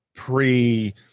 pre